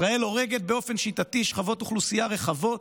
ישראל הורגת באופן שיטתי שכבות אוכלוסייה רחבות,